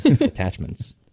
attachments